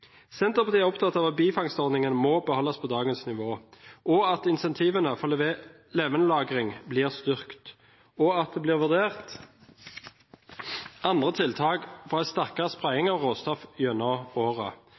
Senterpartiet er opptatt av at bifangstordningen må beholdes på dagens nivå, at insentivene for levendelagring blir styrket, og at det blir vurdert andre tiltak for en sterkere spredning av råstoff gjennom året.